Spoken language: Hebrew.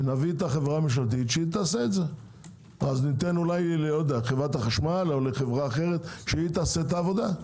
אז ניתן אולי לחברת החשמל או לחברה אחרת שתעשה את העבודה,